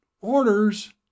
Orders